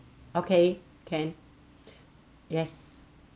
okay can yes